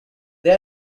they